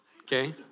okay